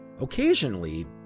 Occasionally